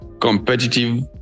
competitive